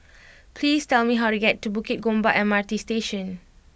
please tell me how to get to Bukit Gombak M R T Station